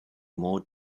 more